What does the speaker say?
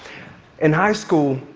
in high school,